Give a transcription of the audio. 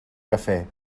cafè